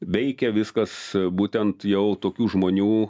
veikia viskas būtent jau tokių žmonių